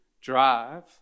drive